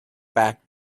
back